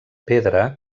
pedra